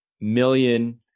million